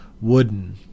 wooden